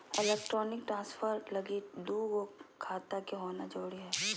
electronic transfer लगी दू गो खाता के होना जरूरी हय